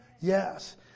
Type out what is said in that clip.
Yes